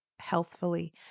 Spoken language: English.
healthfully